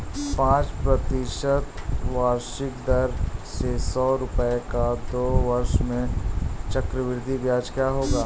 पाँच प्रतिशत वार्षिक दर से सौ रुपये का दो वर्षों में चक्रवृद्धि ब्याज क्या होगा?